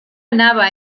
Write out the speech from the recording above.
anava